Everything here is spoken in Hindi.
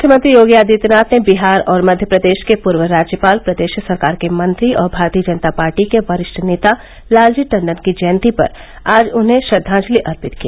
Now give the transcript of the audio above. मुख्यमंत्री योगी आदित्यनाथ ने बिहार और मध्य प्रदेश के पूर्व राज्यपाल प्रदेश सरकार के मंत्री और भारतीय जनता पार्टी के वरिष्ठ नेता लालजी टंडन की जयंती पर आज उन्हें श्रद्वांजलि अर्पित की